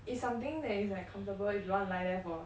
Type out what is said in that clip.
it's something that is like comfortable if you want to lie there for